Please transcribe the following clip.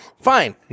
Fine